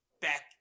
back